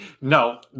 No